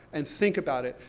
and think about it,